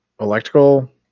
electrical